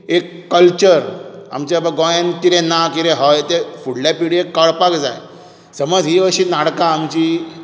एक कल्चर आमच्या बाबा गोंयांत कितें ना कितें हय तें फुडले पिळगेक कळपाक जाय समज ही अशी नाटकां आमची